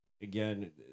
again